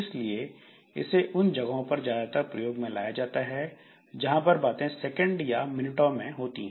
इसलिए इसे उन जगहों पर ज्यादातर प्रयोग में लाया जाता है जहां पर बातें सेकंड या मिनटों में होती हैं